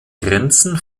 grenzen